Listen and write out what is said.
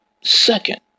second